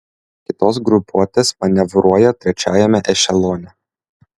kitos grupuotės manevruoja trečiajame ešelone